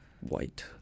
white